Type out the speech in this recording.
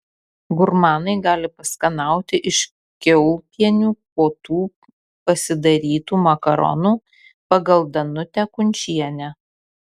gurmanai gali paskanauti iš kiaulpienių kotų pasidarytų makaronų pagal danutę kunčienę